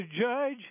judge